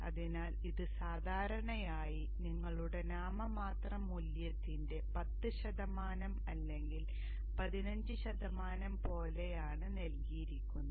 അതിനാൽ ഇത് സാധാരണയായി നിങ്ങളുടെ നാമമാത്ര മൂല്യത്തിന്റെ 10 ശതമാനം അല്ലെങ്കിൽ 15 ശതമാനം പോലെയാണ് നൽകിയിരിക്കുന്നത്